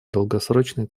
долгосрочной